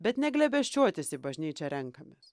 bet ne glėbesčiuotis į bažnyčią renkamės